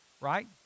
right